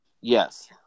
Yes